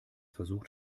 versucht